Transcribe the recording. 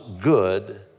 good